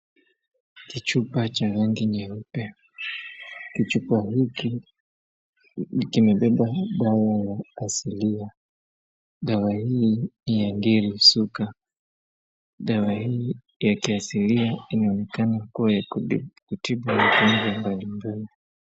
Kichupa cha rangi nyeupe. Kichupaa hiki kimebeba dawa ya asilia, dawa hii ni ya Nyiri Sugu. Dawa hii inaonnekana kutibu magonjwa mbalimbali.